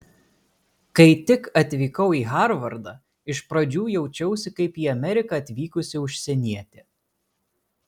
kai tik atvykau į harvardą iš pradžių jaučiausi kaip į ameriką atvykusi užsienietė